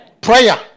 Prayer